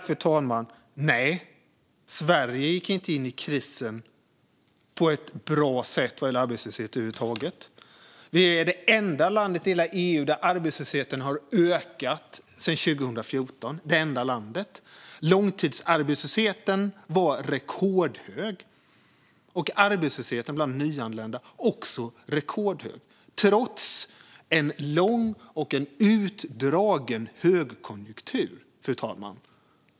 Fru talman! Nej, Sverige gick inte in i krisen på ett bra sätt vad gäller arbetslöshet över huvud taget. Vi är det enda landet i hela EU där arbetslösheten har ökat sedan 2014. Långtidsarbetslösheten var rekordhög och arbetslösheten bland nyanlända också rekordhög, trots en lång och utdragen högkonjunktur, fru talman.